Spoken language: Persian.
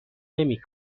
نمی